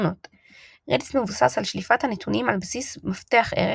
תכונות Redis מבוסס על שליפת הנתונים על בסיס "מפתח-ערך"